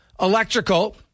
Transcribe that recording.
Electrical